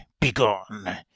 begone